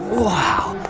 wow.